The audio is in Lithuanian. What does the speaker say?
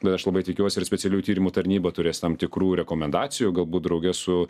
bet aš labai tikiuosi ir specialiųjų tyrimų tarnyba turės tam tikrų rekomendacijų galbūt drauge su